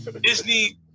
Disney